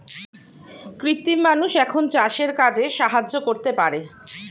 কৃত্রিম মানুষ এখন চাষের কাজে সাহায্য করতে পারে